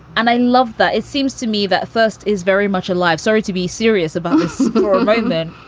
and i love that. it seems to me that thirst is very much alive. sorry to be serious about this then,